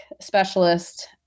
specialist